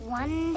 one